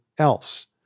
else